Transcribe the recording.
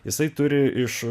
jisai turi iš